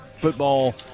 football